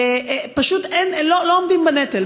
פשוט לא עומדים בנטל.